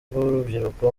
bw’urubyiruko